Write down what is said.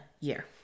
year